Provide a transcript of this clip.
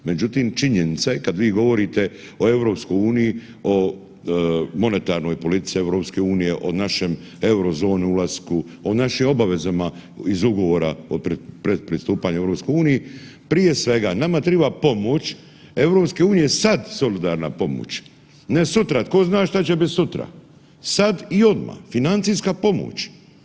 Međutim, činjenica je kad vi govorite o EU, o monetarnoj politici EU, o našem euro zona ulasku, o našim obavezama iz ugovora o pred pristupanju EU, prije svega nama triba pomoć EU sad solidarna pomoć, ne sutra, tko zna šta će biti sutra, sad i odmah, financijska pomoć.